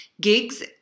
gigs